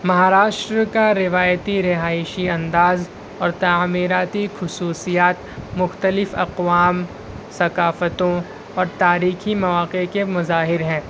مہاراشٹر کا روایتی رہائشی انداز اور تعمیراتی خصوصیات مختلف اقوام ثقافتوں اور تاریخی مواقع کے مظاہر ہیں